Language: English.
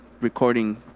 recording